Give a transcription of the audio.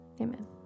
Amen